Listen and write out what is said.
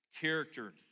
character